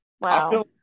Wow